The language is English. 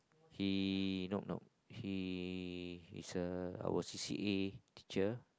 he not no he is a our P_A teacher